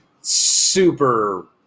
super